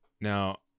now